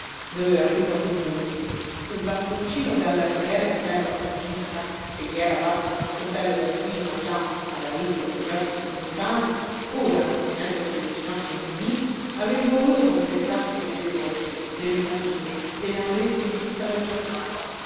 doveva prima sedere sul balconcino dalla ringhiera di ferro arrugginita che gli era parso tanto bello dapprima là alla vista degli orti suburbani ora tenendo sulle ginocchia ninnì avrebbe voluto compensarsi delle corse delle fatiche delle amarezze di tutta la giornata